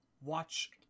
watch